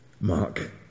mark